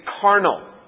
carnal